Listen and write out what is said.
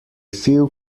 few